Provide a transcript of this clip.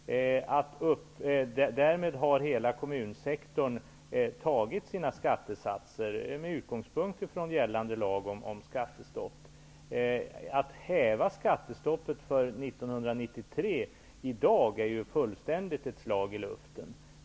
Därmed har hela kommunsektorn bestämt sina skattesatser med utgångspunkt i gällande lag om skattestopp. Att häva skattestoppet för 1993 i dag är fullständigt ett slag i luften.